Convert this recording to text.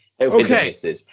Okay